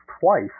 twice